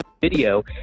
video